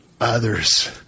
others